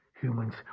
humans